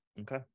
Okay